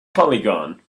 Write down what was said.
polygon